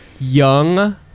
young